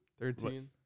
thirteen